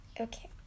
Okay